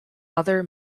other